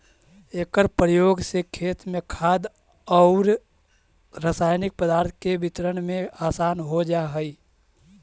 एकर प्रयोग से खेत में खाद औउर रसायनिक पदार्थ के वितरण में आसान हो जा हई